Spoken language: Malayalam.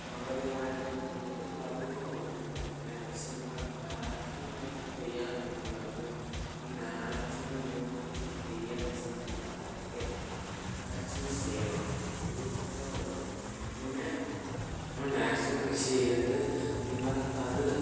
സാമ്പത്തികമായിട്ടുള്ള ബുദ്ധിമുട്ട് പകുതി കുറഞ്ഞ് കിട്ടും പിന്നെ കൃഷി നിങ്ങൾ മാക്സിമം നിങ്ങൾ ചെയ്യാൻ ശ്രമിക്കുക എന്തുവാ നിങ്ങൾ മാക്സിമം നിങ്ങൾ കൃഷി ചെയ്യാൻ ശ്രമിക്കുക ഓക്കേ മാക്സിമം ചെയ്യണം എനിക്കിത്രയേ ഉള്ളു പിന്നെ നിങ്ങൾ മാക്സിമം കൃഷി ചെയ്തിട്ട് നിങ്ങൾ അത്